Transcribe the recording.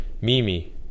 Mimi